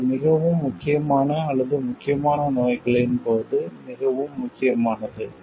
இது மிகவும் முக்கியமான அல்லது முக்கியமான நோய்களின் போது மிகவும் முக்கியமானது